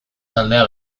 taldea